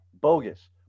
Bogus